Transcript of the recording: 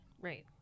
right